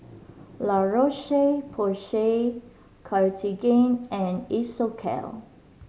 La Roche Porsay Cartigain and Isocal